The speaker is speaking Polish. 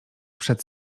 przed